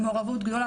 מעורבות גדולה,